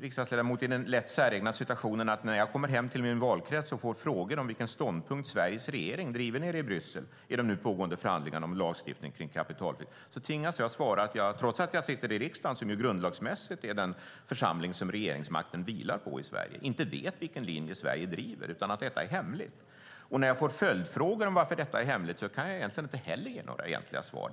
riksdagsledamot i en lätt säregen situation när jag kommer hem till min valkrets och får frågor om vilken ståndpunkt Sveriges regering driver nere i Bryssel i de nu pågående förhandlingarna om lagstiftning om kapitalflykt. Jag tvingas svara att jag trots att jag sitter i riksdagen, som ju grundlagsmässigt är den församling som regeringsmakten vilar på i Sverige, inte vet vilken linje Sverige driver utan att detta är hemligt. När jag får följdfrågor om varför detta är hemligt kan jag egentligen inte heller ge några svar.